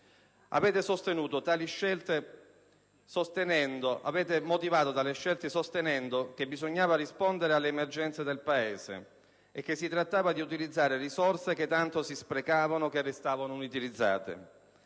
Avete motivato tali scelte sostenendo che bisognava rispondere alle emergenze del Paese e che si trattava di utilizzare risorse che tanto si sprecavano o che restavano inutilizzate: